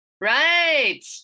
Right